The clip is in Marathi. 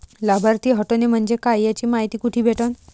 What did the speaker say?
लाभार्थी हटोने म्हंजे काय याची मायती कुठी भेटन?